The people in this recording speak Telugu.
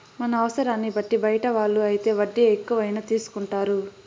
మన అవసరాన్ని బట్టి బయట వాళ్ళు అయితే వడ్డీ ఎక్కువైనా తీసుకుంటారు